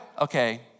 Okay